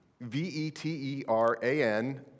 V-E-T-E-R-A-N